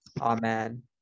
Amen